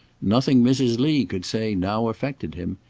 nothing mrs. lee could say now affected him.